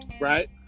right